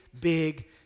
big